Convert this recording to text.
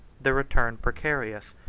the return precarious,